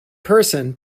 person